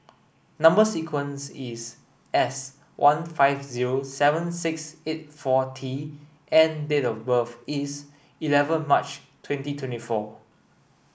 number sequence is S one five zero seven six eight four T and date of birth is eleven March twenty twenty four